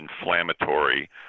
inflammatory